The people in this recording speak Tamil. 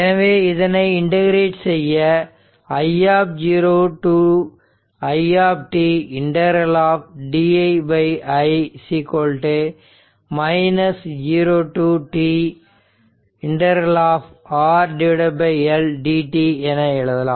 எனவே இதனை இன்டகிரேட் செய்ய i to i ∫di i 0 to t ∫R L dt என எழுதலாம்